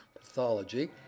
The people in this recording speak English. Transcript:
pathology